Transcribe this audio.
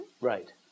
Right